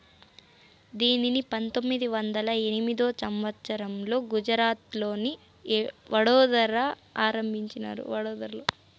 దీనిని పంతొమ్మిది వందల ఎనిమిదో సంవచ్చరంలో గుజరాత్లోని వడోదరలో ఆరంభించారు